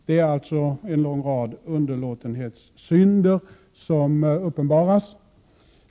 Det är alltså en lång rad underlåtenhetssynder som uppenbarats.